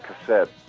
cassette